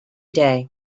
day